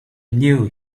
knew